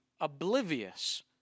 oblivious